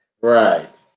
Right